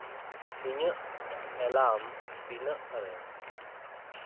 ᱤᱧᱟᱹᱜ ᱮᱞᱟᱢ ᱛᱤᱱᱟᱹᱜ ᱨᱮ